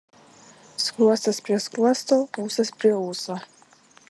skruostas prie skruosto ūsas prie ūso